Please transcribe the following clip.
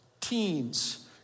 Teens